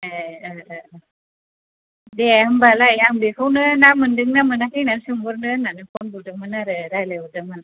ए ए दे होमबालाय आं बेखौनो ना मोनदोंना ना मोनाखै होन्नानै सोंहरनो होन्नानै फन बुदोंमोन आरो रायज्लाय हरदोंमोन